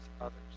others